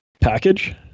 package